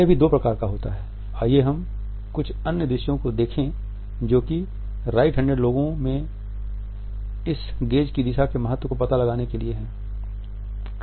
यह भी दो प्रकार का होता है आइए हम कुछ अन्य दृश्यों को देखें जो कि राईट हैंडेड लोगों में इस गेज़ की दिशा के महत्व का पता लगाने के लिए हैं